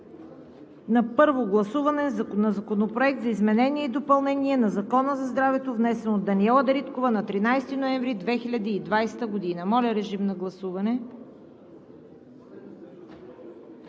на първо гласуване Законопроекта за изменение и допълнение на Закона за здравето. Вносител – Даниела Дариткова, на 13 ноември 2020 г. Моля, режим на гласуване